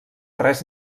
res